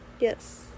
Yes